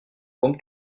comme